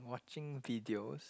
watching videos